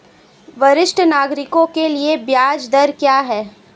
वरिष्ठ नागरिकों के लिए ब्याज दर क्या हैं?